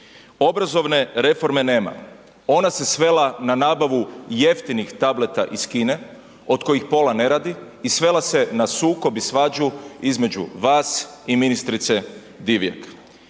Obrazovne reforme nema, ona se svela na nabavu jeftinih tableta iz Kine od kojih pola ne radi i svela se na sukob i svađu između vas i ministrice Divjak.